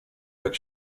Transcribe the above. jak